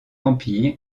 empire